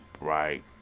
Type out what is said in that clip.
right